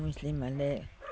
मुस्लिमहरूले